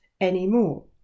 anymore